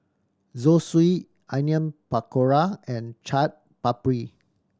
Zosui Onion Pakora and Chaat Papri